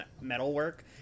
metalwork